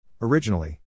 Originally